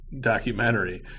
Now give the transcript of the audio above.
documentary